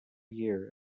year